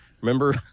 Remember